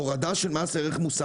הורדה של מס ערך מוסף.